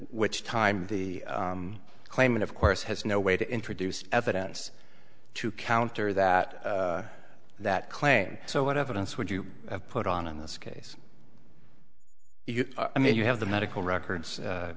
which time the claimant of course has no way to introduce evidence to counter that that claim so what evidence would you have put on in this case i mean you have the medical records